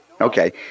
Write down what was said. Okay